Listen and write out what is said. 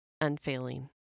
unfailing